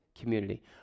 community